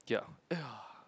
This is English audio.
ya !aiya!